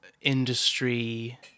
industry